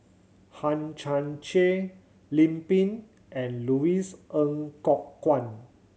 Hang Chang Chieh Lim Pin and Louis Ng Kok Kwang